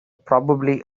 probably